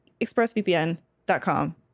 ExpressVPN.com